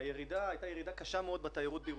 והייתה ירידה קשה מאוד בתיירות בירושלים.